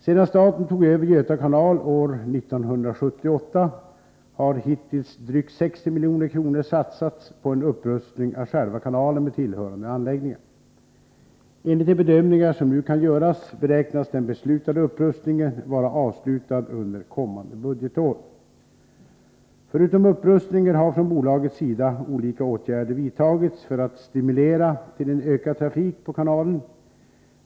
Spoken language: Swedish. Sedan staten tog över Göta kanal år 1978 har hittills drygt 60 milj.kr. satsats på en upprustning av själva kanalen med tillhörande anläggningar. Enligt de bedömningar som nu kan göras beräknas den beslutade upprustningen vara avslutad under kommande budgetår. Förutom upprustningen har från bolagets sida olika åtgärder vidtagits för att stimulera till en ökad trafik på kanalen.